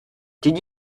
did